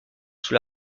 sous